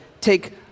take